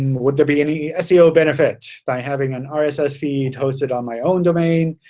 would there be any seo benefit by having an ah rss feed hosted on my own domain?